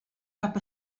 cap